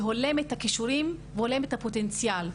שהולם את הכישורים והולם את הפוטנציאל.